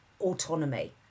autonomy